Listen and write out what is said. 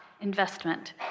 INVESTMENT